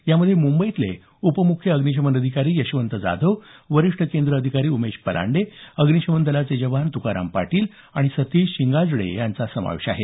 यामध्ये मुंबईतले उपमुख्य अग्निशमन अधिकारी यशवंत जाधव वरीष्ठ केंद्र अधिकारी उमेश पलांडे अग्निशमन दलाचे जवान तुकाराम पाटील आणि सतिश शिंगाजडे यांचा समावेश आहे